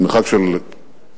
במרחק של שניות,